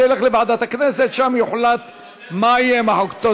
זה ילך לוועדת הכנסת, שם יוחלט מה יהיה עם החוק.